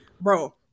Bro